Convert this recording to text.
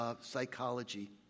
psychology